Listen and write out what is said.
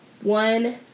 one